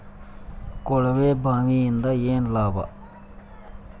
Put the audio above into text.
ಕೊಳವೆ ಬಾವಿಯಿಂದ ಏನ್ ಲಾಭಾ?